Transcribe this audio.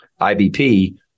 IBP